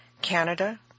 Canada